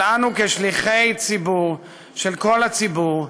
אבל אנו, כשליחי ציבור, של כל הציבור,